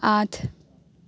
আঠ